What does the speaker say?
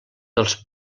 dels